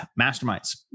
masterminds